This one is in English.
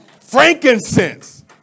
Frankincense